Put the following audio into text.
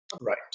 Right